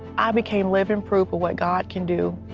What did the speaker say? i became living proof of what god can do,